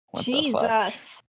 Jesus